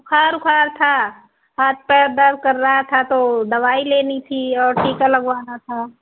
बुख़ार वुख़ार था हाथ पैर दर्द कर रहा था तो दवाई लेनी थी और टीका लगवाना था